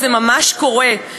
וזה ממש קורה.